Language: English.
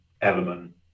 element